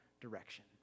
direction